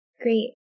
Great